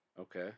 Okay